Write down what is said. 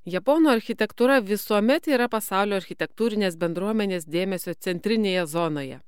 japonų architektūra visuomet yra pasaulio architektūrinės bendruomenės dėmesio centrinėje zonoje